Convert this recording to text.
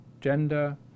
gender